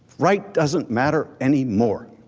right doesn't matter anymore.